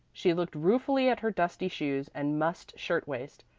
she looked ruefully at her dusty shoes and mussed shirt-waist.